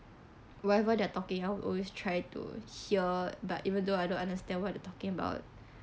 whatever they are talking I would always try to hear but even though I don't understand what they talking about